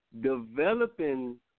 developing